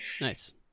Nice